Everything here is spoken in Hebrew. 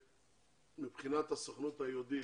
מבחינת הסוכנות היהודית,